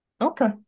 Okay